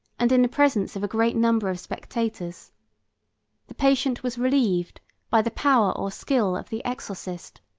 and in the presence of a great number of spectators the patient was relieved by the power or skill of the exorcist,